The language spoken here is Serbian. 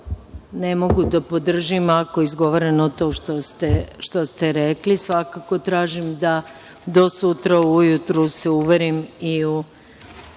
Ne mogu da podržim ako je izgovoreno to što ste rekli. Svakako tražim da do sutra ujutru se uverim i u